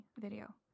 video